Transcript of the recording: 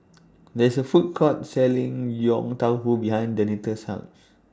There IS A Food Court Selling Yong Tau Foo behind Denita's House